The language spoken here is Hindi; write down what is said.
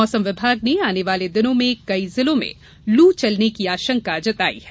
मौसम विभाग ने आने वाले दिनों में कई जिलों में लू चलने की आशंका जताई है